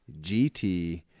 GT